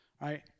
right